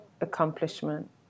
accomplishment